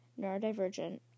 neurodivergent